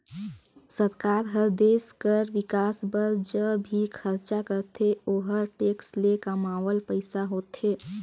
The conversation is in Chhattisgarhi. सरकार हर देस कर बिकास बर ज भी खरचा करथे ओहर टेक्स ले कमावल पइसा होथे